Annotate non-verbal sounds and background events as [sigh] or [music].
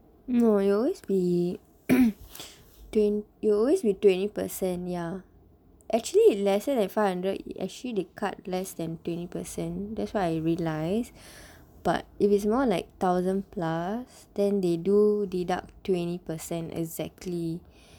no it'll always be [coughs] twen~ it'll always be twenty percent ya actually it lesser than five hundred actually they cut less than twenty percent that's what I realize but if it's more like thousand plus then they do deduct twenty percent exactly